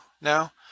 now